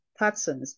patsons